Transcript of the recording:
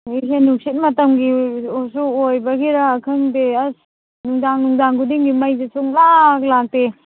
ꯍꯧꯖꯤꯛꯁꯦ ꯅꯨꯡꯁꯤꯠ ꯃꯇꯝꯒꯤꯁꯨ ꯑꯣꯏꯕꯒꯤꯔꯥ ꯈꯪꯗꯦ ꯑꯁ ꯅꯨꯡꯗꯥꯡ ꯅꯨꯡꯗꯥꯡ ꯈꯨꯗꯤꯡꯒꯤ ꯃꯩꯁꯦ ꯁꯨꯡꯂꯥꯛ ꯂꯥꯛꯇꯦ